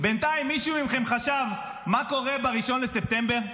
בינתיים מישהו מכם חשב מה קורה ב-1 בספטמבר?